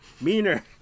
meaner